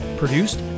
produced